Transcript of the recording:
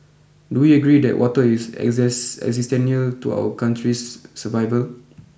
do we agree that water is exists existential to our country's survival